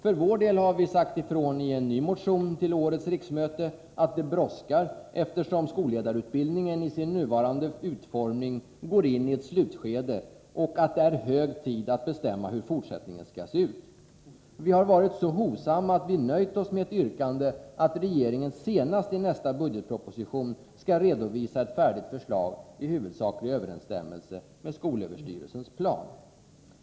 För vår del har vi sagt ifrån i en ny motion till årets riksmöte att det brådskar, eftersom skolledarutbildningen i sin nuvarande utformning går in i ett slutskede, och att det är hög tid att bestämma hur fortsättningen skall se ut. Vi har varit så hovsamma att vi nöjt oss med ett yrkande att regeringen senast i nästa budgetproposition skall redovisa ett färdigt förslag i huvudsaklig överensstämmelse med skolöverstyrelsens plan.